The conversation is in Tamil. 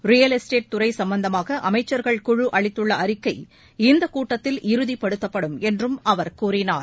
ரியல் எஸ்டேட் துறை சம்பந்தமாக அமைச்சா்கள் குழு அளித்துள்ள அறிக்கை இந்தக் கூட்டத்தில் இறுதிபடுத்தப்படும் என்றும் அவர் கூறினார்